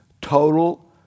total